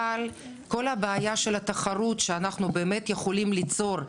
אבל כל הבעיה של התחרות שאנחנו באמת יכולים ליצור,